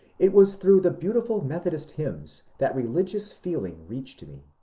it was through the beautiful methodist hymns that religious feeling reached me.